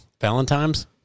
Valentine's